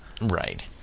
Right